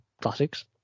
classics